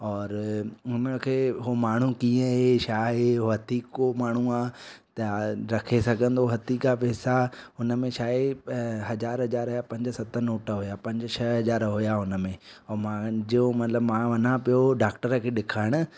और मूंखे उहो माण्हू कीअं आहे छा आहे वधीको माण्हू आहे त रखे सघंदो हथी का पैसा हुन में छा आहे हज़ार हज़ार जा पंज सत नोट हुआ पंज छह हजार हुया उन में ऐं मुंहिंजो मतिलबु मां वञा पियो डॉक्टर खे ॾेखारणु